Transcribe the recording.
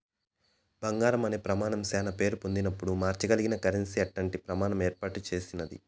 బంగారం అనే ప్రమానం శానా పేరు పొందినపుడు మార్సగలిగిన కరెన్సీ అట్టాంటి ప్రమాణం ఏర్పాటు చేసినాది